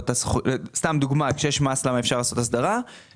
סתם דוגמה: למה אפשר לעשות הסדרה כשיש מס?